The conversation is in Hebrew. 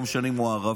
לא משנה אם הוא ערבי,